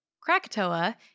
Krakatoa